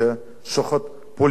שוחד פוליטי,